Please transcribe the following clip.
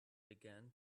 began